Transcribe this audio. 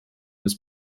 bis